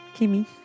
Kimmy